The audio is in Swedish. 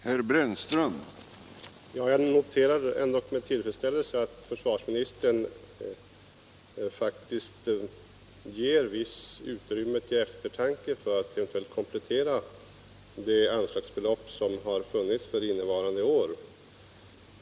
Herr talman! Jag noterar med tillfredsställelse att försvarsministern faktiskt ger visst utrymme när det gäller att eventuellt komplettera det anslagsbelopp som har funnits för innevarande år.